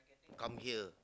come here